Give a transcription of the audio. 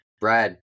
Brad